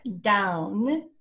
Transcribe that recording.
down